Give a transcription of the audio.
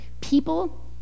people